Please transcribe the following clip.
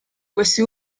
questi